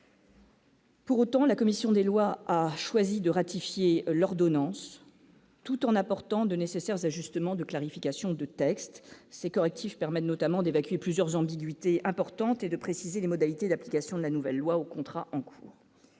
Pour autant, la commission des lois a choisi de ratifier l'ordonnance tout en apportant de nécessaire et justement de clarification de textes ces correctifs permettent notamment d'évacuer plusieurs ambiguïtés importante et de préciser les modalités d'application de la nouvelle loi aux contrats en cours